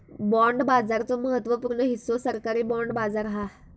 bond बाजाराचो महत्त्व पूर्ण हिस्सो सरकारी बाँड बाजार हा